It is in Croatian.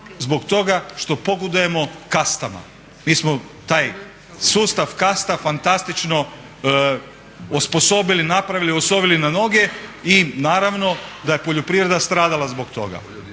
zbog toga što pogodujemo kastama. Mi smo taj sustav kasta fantastično osposobili, napravili, osovili na noge i naravno da je poljoprivreda stradala zbog toga.